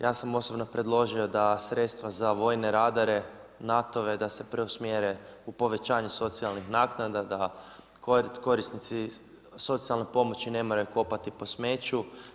Ja sam osobno predložio da sredstva za vojne radare NATO-ve da se preusmjere u povećanje socijalnih naknada, da korisnici socijalne pomoći ne moraju kopati po smeću.